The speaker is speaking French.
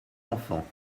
enfants